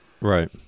Right